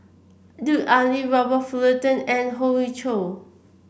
Lut Ali Robert Fullerton and Hoey Choo